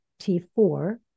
T4